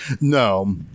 no